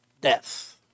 death